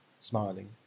smiling